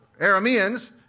Arameans